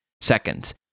seconds